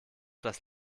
das